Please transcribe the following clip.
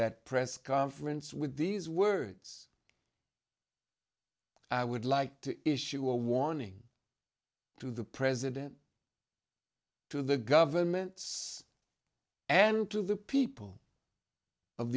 that press conference with these words i would like to issue a warning to the president to the governments and to the people of